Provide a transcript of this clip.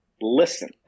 listen